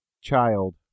child